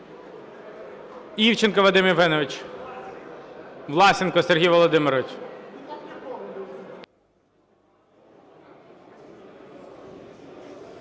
Івченко Вадим Євгенович. Власенко Сергій Володимирович.